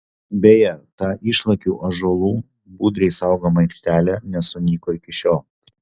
beje ta išlakių ąžuolų budriai saugoma aikštelė nesunyko iki šiol